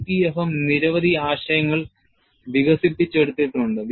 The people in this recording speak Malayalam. EPFM നിരവധി ആശയങ്ങൾ വികസിപ്പിച്ചെടുത്തിട്ടുണ്ട്